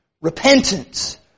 Repentance